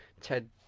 Ted